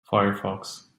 firefox